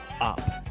up